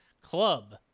club